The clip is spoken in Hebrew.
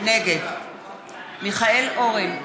נגד מיכאל אורן,